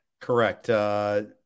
Correct